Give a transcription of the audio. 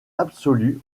absolue